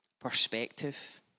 perspective